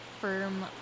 firm